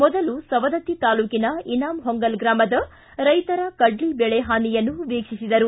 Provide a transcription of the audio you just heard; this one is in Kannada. ಮೊದಲು ಸವದತ್ತಿ ತಾಲೂಕಿನ ಇನಾಮಹೊಂಗಲ ಗ್ರಾಮದ ರೈತರ ಕಡ್ಡಿ ಬೆಳೆ ಹಾನಿಯನ್ನು ವಿಕ್ಷಿಸಿದರು